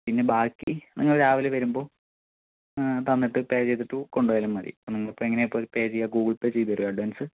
പിന്നെ ബാക്കി നിങ്ങൾ രാവിലെ വരുമ്പോൾ തന്നിട്ട് പേ ചെയ്തിട്ട് കൊണ്ടുപോയാലും മതി ഇപ്പോൾ നിങ്ങളിപ്പോൾ എങ്ങനെയാണ് ഇപ്പോൾ പേ ചെയ്യുക ഗൂഗിൾപേ ചെയ്ത് തരുവോ അഡ്വാൻസ്